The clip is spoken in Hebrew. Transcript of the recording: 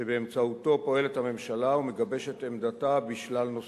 שבאמצעותו פועלת הממשלה ומגבשת עמדתה בשלל נושאים.